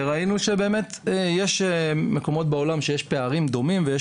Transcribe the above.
ראינו שבאמת מקומות בעולם שיש פערים דומים ויש